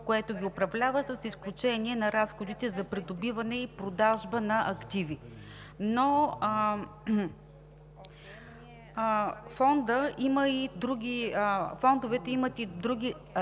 което ги управлява, с изключение на разходите за придобиване и продажба на активи. Но фондовете имат и други